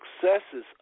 successes